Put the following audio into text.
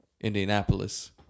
Indianapolis